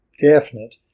definite